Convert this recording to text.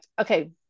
okay